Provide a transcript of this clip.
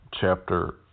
Chapter